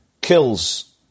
kills